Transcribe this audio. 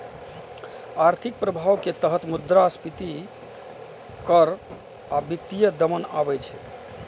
आर्थिक प्रभाव के तहत मुद्रास्फीति कर आ वित्तीय दमन आबै छै